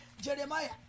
Jeremiah